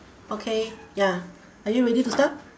okay ya are you ready to start